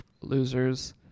losers